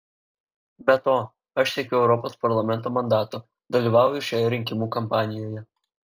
be to aš siekiu europos parlamento mandato dalyvauju šioje rinkimų kampanijoje